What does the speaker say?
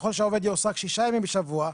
ככל שהעובד יועסק שישה ימים בשבוע,